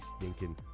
stinking